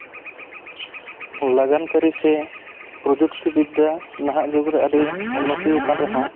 ᱞᱟᱜᱟᱱ ᱠᱟᱹᱨᱤ ᱥᱮ ᱯᱨᱚᱡᱩᱠᱛᱤ ᱵᱤᱫᱽᱫᱟ ᱱᱟᱦᱟᱜ ᱡᱩᱜᱽᱨᱮ ᱟᱹᱰᱤ ᱩᱱᱱᱚᱛᱤᱣᱟᱠᱟᱱ ᱨᱮᱦᱚᱸ